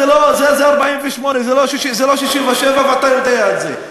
זה 1948 ולא 1967, ואתה יודע את זה.